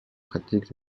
pratique